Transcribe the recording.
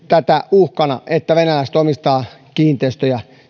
tätä uhkana että venäläiset omistavat kiinteistöjä